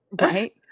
Right